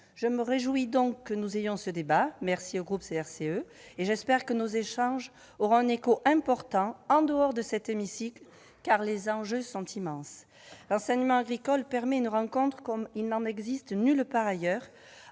Je me réjouis donc que nous ayons ce débat- j'en remercie le groupe CRCE-, et j'espère que nos échanges auront un écho important en dehors de cet hémicycle, car les enjeux sont immenses. L'enseignement agricole permet une rencontre comme il n'en existe nulle part ailleurs